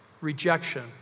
rejection